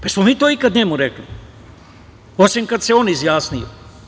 Jesmo li mi to ikada njemu rekli, osim kada se on izjasnio?